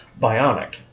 bionic